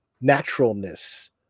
naturalness